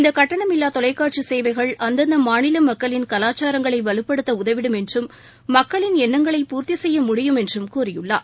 இந்த கட்டணமில்லா தொலைக்காட்சி சேவை மூலம் அந்தந்த மாநில மக்களின் கலாச்சாரங்களை வலுப்படுத்த உதவிடும் என்றும் மக்களின் எண்ணங்களை பூர்த்தி செய்ய முடியும் என்றும் கூறியுள்ளார்